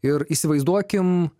ir įsivaizduokim